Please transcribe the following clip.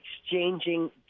exchanging